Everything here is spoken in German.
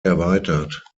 erweitert